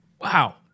Wow